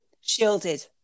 shielded